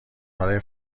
برای